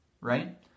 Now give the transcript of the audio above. right